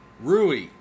Rui